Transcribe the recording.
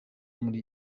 muli